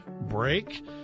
break